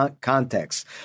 context